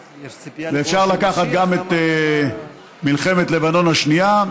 אפשר לקחת גם את מלחמת לבנון השנייה,